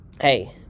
hey